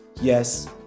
Yes